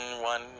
One